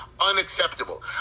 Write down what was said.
unacceptable